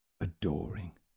adoring